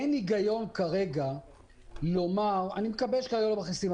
אין היגיון כרגע לומר: אני מקווה שכרגע לא מכניסים.